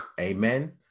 Amen